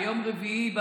ביום רביעי,